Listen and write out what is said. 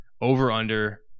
over-under